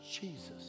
Jesus